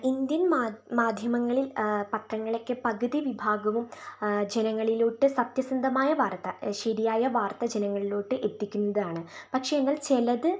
Indian മാധ്യമങ്ങളിൽ പത്രങ്ങളൊക്കെ പകുതി വിഭാഗവും ജനങ്ങളിലോട്ട് സത്യസന്ധമായ വാർത്ത ശരിയായ വാർത്ത ജനങ്ങളിലോട്ട് എത്തിക്കുന്നതാണ് പക്ഷേ എന്നാൽ ചിലത്